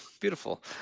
beautiful